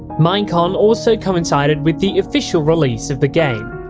minecon also coincided with the official release of the game.